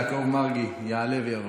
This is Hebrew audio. חבר הכנסת יעקב מרגי יעלה ויבוא.